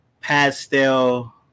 pastel